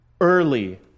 Early